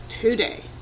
today